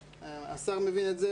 השר מבין את זה,